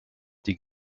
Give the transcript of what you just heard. die